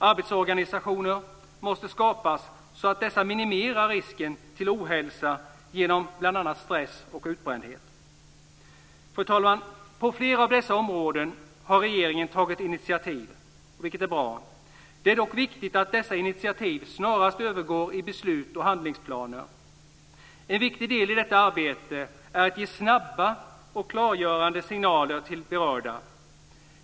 Arbetsorganisationer måste skapas så att dessa minimerar risken för ohälsa genom bl.a. stress och utbrändhet. Fru talman! På flera av dessa områden har regeringen tagit initiativ, vilket är bra. Det är dock viktigt att dessa initiativ snarast övergår i beslut och handlingsplaner. En viktig del i detta arbete är att ge snabba och klargörande signaler till de berörda.